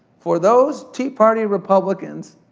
for those tea party republicans,